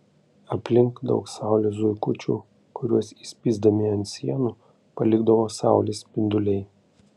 aplink daug saulės zuikučių kuriuos įspįsdami ant sienų palikdavo saulės spinduliai